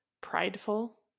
prideful